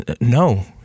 no